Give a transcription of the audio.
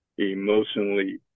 emotionally